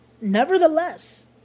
nevertheless